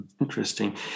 interesting